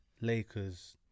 Lakers